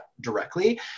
directly